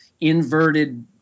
inverted